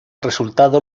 resultado